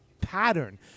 pattern